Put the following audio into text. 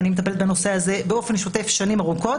ואני מטפלת בנושא הזה באופן שוטף שנים ארוכות.